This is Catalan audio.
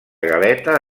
galeta